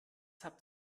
habt